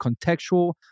contextual